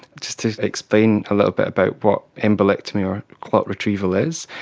just to explain a little bit about what embolectomy or clot retrieval is,